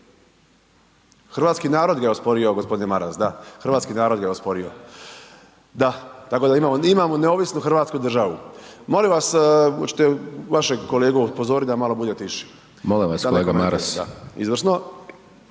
Hrvatski narod ga je osporio, g. Maras, da, hrvatski narod ga je osporio. Da, tako da imamo neovisnu hrvatsku državu. Molim vas, hoćete vašeg kolegu upozoriti da malo bude tiši? …/Upadica Hajdaš